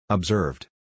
Observed